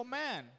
man